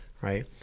right